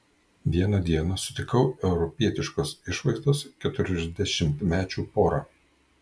vieną dieną sutikau europietiškos išvaizdos keturiasdešimtmečių porą